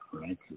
right